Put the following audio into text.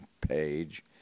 page